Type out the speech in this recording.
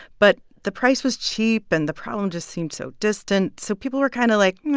but the price was cheap, and the problem just seemed so distant, so people were kind of like, meh,